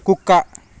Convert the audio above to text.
కుక్క